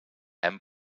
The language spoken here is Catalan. hem